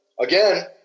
again